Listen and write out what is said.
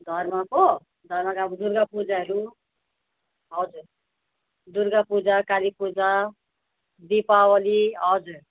धर्मको धर्मको अब दुर्गा पूजाहरू हजुर दुर्गा पूजा काली पूजा दिपावली हजुर